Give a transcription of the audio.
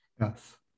yes